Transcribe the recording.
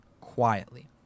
quietly